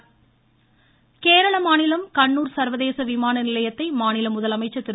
சுரேஷ்பிரபு கேரள மாநிலம் கண்ணூர் சர்வதேச விமான நிலையத்தை மாநில முதலமைச்சர் திரு